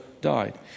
died